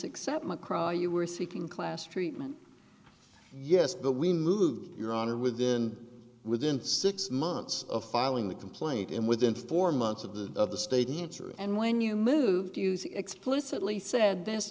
except mccrie you were seeking class treatment yes but we moved your honor within within six months of filing the complaint in within four months of the of the stadium and when you move to use explicitly said this